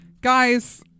guys